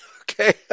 okay